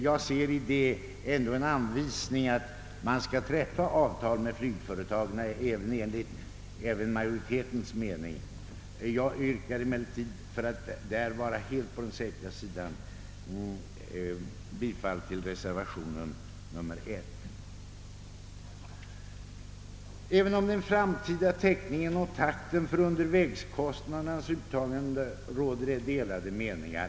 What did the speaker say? Detta tolkar jag som en anvisning till att avtal med flygföretagen skall träffas även enligt utskottsmajoritetens mening. Jag yrkar emellertid, för att därvidlag vara helt på den säkra sidan, bifall till reservationen under a. Även i fråga om den framtida täckningen och takten för undervägskostnadernas uttagande råder det delade meningar.